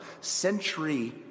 century